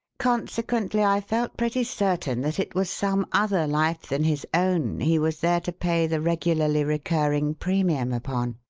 consequently, i felt pretty certain that it was some other life than his own he was there to pay the regularly recurring premium upon.